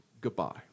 goodbye